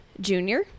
Junior